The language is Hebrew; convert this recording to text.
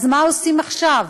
אז מה עושים עכשיו?